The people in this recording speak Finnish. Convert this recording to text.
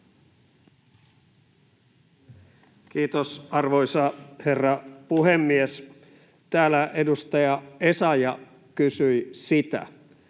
Kiitos, arvoisa herra puhemies! Täällä edustaja Essayah kysyi sitä,